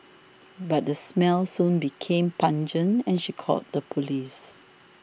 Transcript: but the smell soon became pungent and she called the police